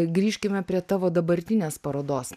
grįžkime prie tavo dabartinės parodos